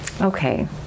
Okay